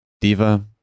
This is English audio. diva